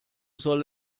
soll